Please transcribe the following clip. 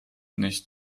nicht